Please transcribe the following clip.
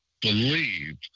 believe